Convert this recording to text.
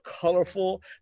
colorful